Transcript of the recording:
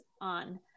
on